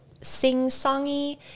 sing-songy